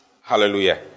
Hallelujah